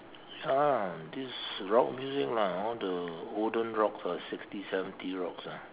ya this rock music lah all the olden rocks ah sixty seventy rocks ah